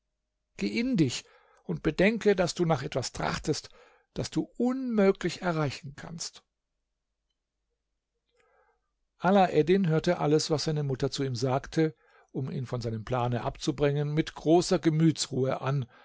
in dich und bedenke daß du nach etwas trachtest das du unmöglich erreichen kannst alaeddin hörte alles was seine mutter zu ihm sagte um ihn von seinem plane abzubringen mit großer gemütsruhe an